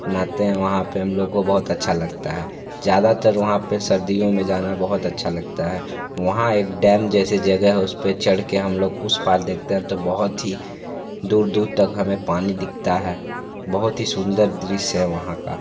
नहाते हैं वहाँ पे हम लोगों को बहुत अच्छा लगता है ज़्यादातर वहाँ पे सर्दियों में जाना बहुत अच्छा लगता है वहाँ एक डैम जैसी जगह है उस पे चढ़कर हम लोग उस पार देखते हैं जब बहुत ही दूर दूर तक हमें पानी दिखता है बहुत ही सुंदर दृश्य हैं वहाँ का